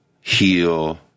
heal